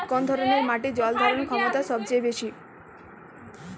কোন ধরণের মাটির জল ধারণ ক্ষমতা সবচেয়ে বেশি?